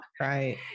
Right